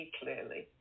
clearly